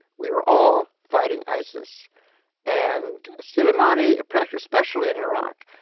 we were all fighting isis and suleimani. pressure, especially in iraq,